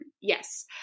yes